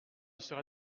serai